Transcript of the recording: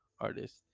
Artist